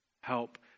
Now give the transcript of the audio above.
help